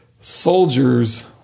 Soldiers